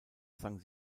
sang